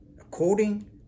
according